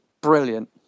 brilliant